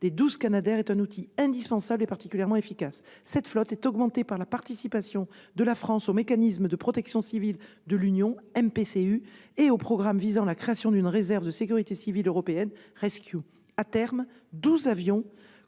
des douze Canadairs est un outil indispensable et particulièrement efficace. Elle est augmentée par la participation de la France au mécanisme de protection civile de l'Union européenne (MPCU) et au programme visant la création d'une réserve de sécurité civile européenne (RescEU). À terme, douze avions